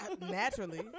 Naturally